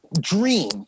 dream